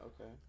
okay